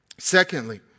Secondly